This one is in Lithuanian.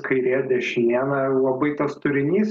kairė dešinė na labai tas turinys